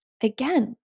again